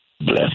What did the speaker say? Bless